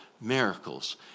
miracles